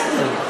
בסדר.